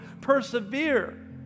persevere